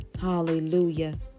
Hallelujah